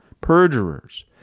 perjurers